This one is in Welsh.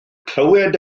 clywed